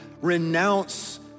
renounce